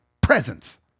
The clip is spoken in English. presents